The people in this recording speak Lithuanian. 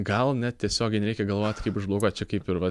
gal net tiesiogiai nereikia galvot kaip užblokuot čia kaip ir va